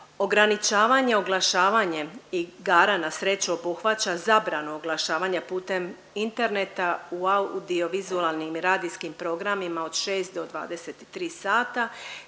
ograničavanje oglašavanjem igara na sreću obuhvaća zabranu oglašavanja putem interneta u radio-vizualnim i radijskim programima od 6 do 23 sata,